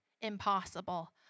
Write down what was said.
impossible